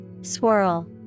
Swirl